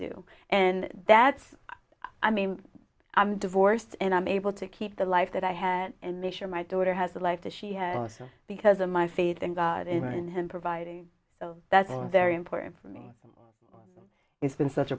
do and that's i mean i'm divorced and i'm able to keep the life that i had and make sure my daughter has the life that she has because of my faith in god and him providing so that's very important for me it's been such